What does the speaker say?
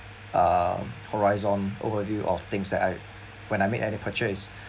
um horizon overview of things that I when I make any purchase